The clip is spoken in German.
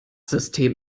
system